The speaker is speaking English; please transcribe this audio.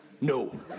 No